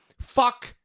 Fuck